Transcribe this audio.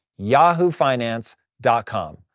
yahoofinance.com